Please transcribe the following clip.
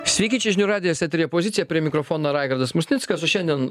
sveiki čia žinių radijas eteryje pozicija prie mikrofono raigardas musnickas o šiandien